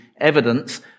evidence